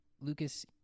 Lucas